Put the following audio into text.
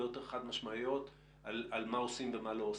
יותר חד משמעיות על מה עושים ומה לא עושים?